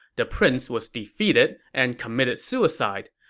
the prince was defeated and committed suicide.